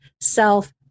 self